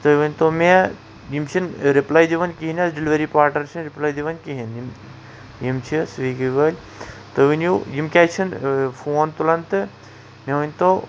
تُہۍ ؤنتو مےٚ یِم چھِ نہٕ رِپلے دِوان کِہنٛۍ حظ ڈیٚلؤری پارٹنر چھِ نہٕ رپلاے دِوان کِہنٛۍ یِم چھِ سویگی وٲلۍ تُہۍ ؤنِو یِم کیازِ چھِ نہٕ فون تُلان تہٕ مےٚ ؤنۍتو